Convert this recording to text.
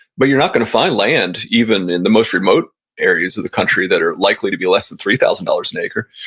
but you're not going to find land even in the most remote areas of the country that are likely to be less than three thousand dollars an acre.